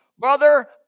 Brother